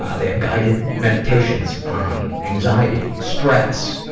ah they have guided meditations on anxiety, stress,